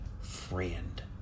friend